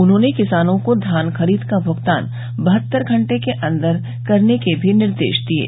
उन्होंने किसानों को धान खरीद का भुगतान बहत्तर घंटे के अन्दर करने के भी निर्देश दिये